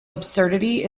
absurdity